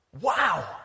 Wow